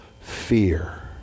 fear